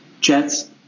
Jets